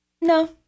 No